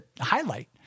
highlight